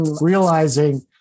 realizing